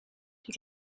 die